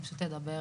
אני פשוט אדבר